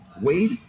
Wade